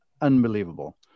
unbelievable